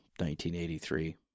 1983